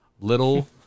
little